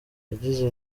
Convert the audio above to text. yagize